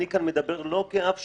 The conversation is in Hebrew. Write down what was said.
אני כאן מדבר לא כאב שכול.